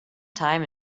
time